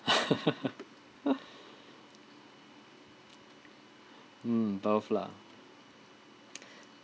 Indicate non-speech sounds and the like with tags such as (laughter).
(laughs) mm both lah (noise)